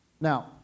now